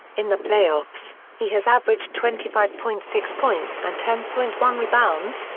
in the playoffs, he has averaged twenty five point six points and ten point one rebounds,